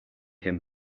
him